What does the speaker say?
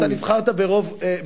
אתה נבחרת פה-אחד,